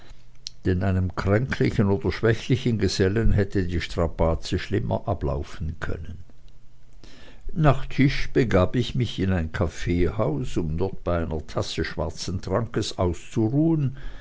denn einem kränklichen oder schwächlichen gesellen hätte die strapaze schlimmer ablaufen können nach tisch begab ich mich in ein kaffeehaus um dort bei einer tasse schwarzen trankes auszuruhen